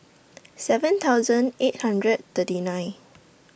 seven thousand eight hundred thirty nine